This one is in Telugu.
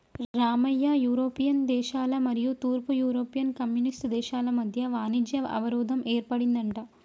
రామయ్య యూరోపియన్ దేశాల మరియు తూర్పు యూరోపియన్ కమ్యూనిస్ట్ దేశాల మధ్య వాణిజ్య అవరోధం ఏర్పడిందంట